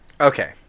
okay